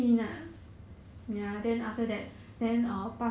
mm